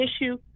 issue